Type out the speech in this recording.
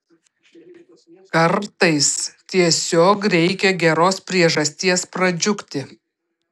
kartais tiesiog reikia geros priežasties pradžiugti